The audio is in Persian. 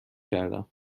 کردم